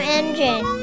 engine